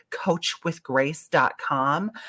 coachwithgrace.com